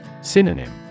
Synonym